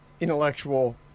intellectual